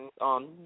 on